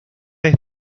vez